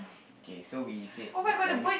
okay so we said the side